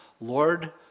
Lord